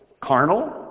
carnal